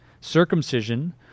circumcision